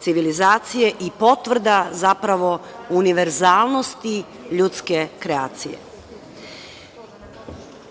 civilizacije i potvrda, zapravo, univerzalnosti ljudske kreacije.